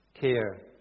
care